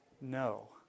No